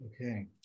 okay